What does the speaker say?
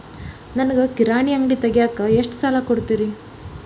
ನನಗ ಕಿರಾಣಿ ಅಂಗಡಿ ತಗಿಯಾಕ್ ಎಷ್ಟ ಸಾಲ ಕೊಡ್ತೇರಿ?